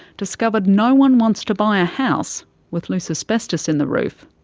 discovered no one wants to buy a house with loose asbestos in the roof.